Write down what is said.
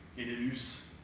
it it is